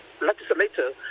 legislator